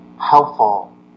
helpful